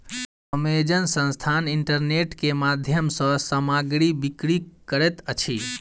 Amazon संस्थान internet के माध्यम सॅ सामग्री बिक्री करैत अछि